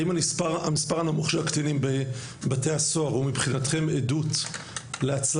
האם המספר הנמוך של הקטינים בבתי הסוהר הוא מבחינתכם עדות להצלחה,